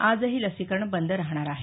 आजही लसीकरण बंद राहणार आहे